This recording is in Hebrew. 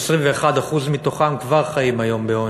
ש-21% מהם כבר חיים היום בעוני.